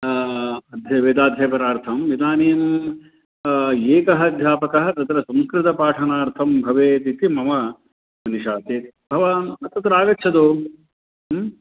अद्य वेदाध्यापनार्थम् इदानीं एकः अध्यापकः तत्र संस्कृतपाठनार्थं भवेत् इति मम मनीषा चेत् भवान् तत्र आगच्छतु